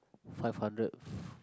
five hundred f~